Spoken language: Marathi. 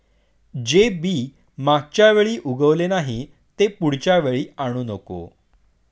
जे बी मागच्या वेळी उगवले नाही, ते पुढच्या वेळी आणू नको